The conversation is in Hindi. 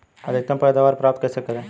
अधिकतम पैदावार प्राप्त कैसे करें?